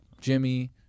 Jimmy